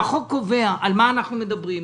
שקובע על מה אנחנו מדברים.